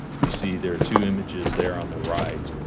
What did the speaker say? and you see, there are two images there on the right,